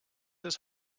his